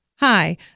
Hi